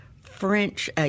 French